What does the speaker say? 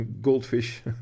goldfish